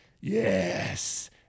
Yes